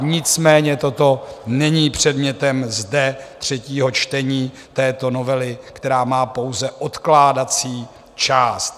Nicméně toto není předmětem zde třetího čtení této novely, která má pouze odkládací část.